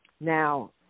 Now